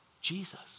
Jesus